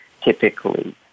typically